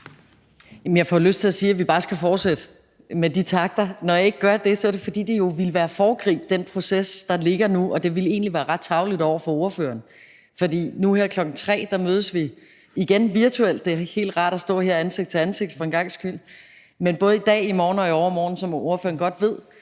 Jeg får lyst til at sige, at vi bare skal fortsætte med de takter. Når jeg ikke gør det, er det, fordi det jo ville være at foregribe den proces, der ligger nu, og det ville egentlig være ret tarveligt over for ordføreren. For nu her kl. 15 mødes vi igen virtuelt – det er helt rart at stå her ansigt til ansigt for en gangs skyld. Men både i dag, i morgen og i overmorgen, som ordføreren godt ved,